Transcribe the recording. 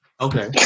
Okay